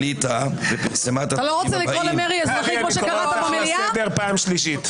מוגבלת של הכנסת שמעוגנת -- הוא טועה במשהו שהוא אמר?